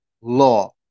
law